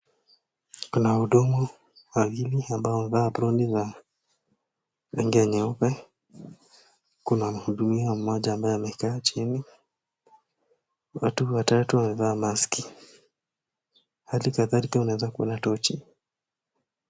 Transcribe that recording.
Kuna wahudumu wawili ambao wamevaa aproni za rangi ya nyeupe. Kuna mhudumiwa mmoja ambaye amekaa chini, watu watatu wamevaa maski hali kadhalika unaweza kuona tochi.